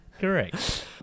Correct